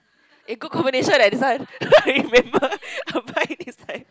eh good combination leh this one I remember I buy next time